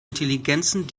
intelligenzen